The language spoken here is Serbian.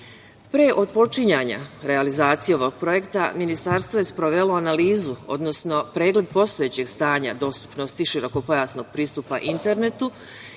otpočinjanja realizacije ovog projekta, ministarstvo je sprovelo analizu, odnosno pregled postojećeg stanja dostupnosti širokopojasnog pristupa internetu